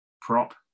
prop